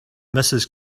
mrs